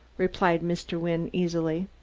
replied mr. wynne easily.